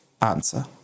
answer